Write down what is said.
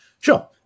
Sure